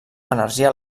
energia